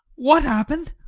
what happened?